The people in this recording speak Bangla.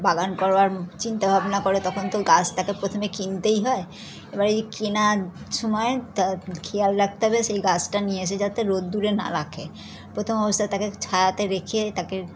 বাগান করবার চিন্তা ভাবনা করে তখন তো গাছ তাকে প্রথমে কিনতেই হয় এবার এই কেনার সময় তা খেয়াল রাখতে হবে সেই গাছটা নিয়ে এসে যাতে রোদ্দুরে না রাখে প্রথম অবস্থায় তাকে ছায়াতে রেখে তাকে